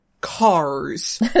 cars